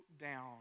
down